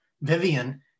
Vivian